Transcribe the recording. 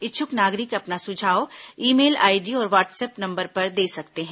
इच्छुक नागरिक अपना सुझाव ई मेल आईडी और व्हाट्सअप नंबर पर दे सकते हैं